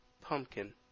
Pumpkin